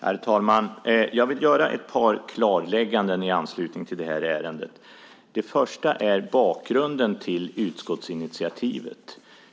Herr talman! Jag vill göra ett par klarlägganden i anslutning till det här ärendet. Det första är bakgrunden till utskottsinitiativet.